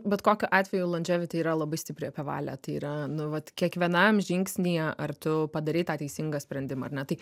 bet kokiu atveju londževiti yra labai stipriai apie valią tai yra nu vat kiekvienam žingsnyje ar tu padarei tą teisingą sprendimą ar ne tai